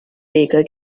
baker